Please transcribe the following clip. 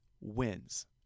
wins